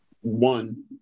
One